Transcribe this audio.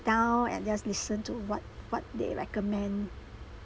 down and just listen to what what they recommend